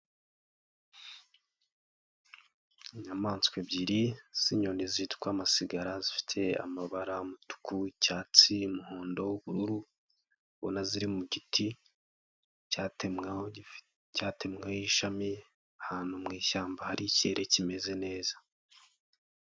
Inyamaswa ebyiri z'inyoni zitwa amasigara zifite amabara umutuku, icyatsi, umuhondo, ubururu, ubona ziri mu giti cyatemweho cyatemweho ishami ahantu mu ishyamba hari ikirere kimeze neza.